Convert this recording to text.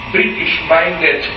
British-minded